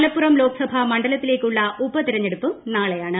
മലപ്പുറം ലോക്സഭ മണ്ഡലത്തിലേക്കുളള ഉപതെരഞ്ഞെടുപ്പും നാളെയാണ്